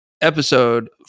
episode